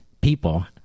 people